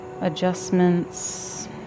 adjustments